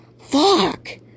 fuck